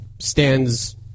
Stands